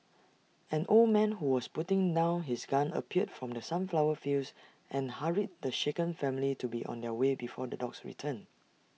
an old man who was putting down his gun appeared from the sunflower fields and hurried the shaken family to be on their way before the dogs return